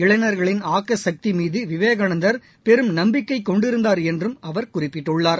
இளைஞர்களின் ஆக்க சக்தி மீது விவேகானந்தர் பெரும் நம்பிக்கை கொண்டிருந்தார் என்றும் அவர் குறிபபிட்டுள்ளார்